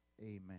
Amen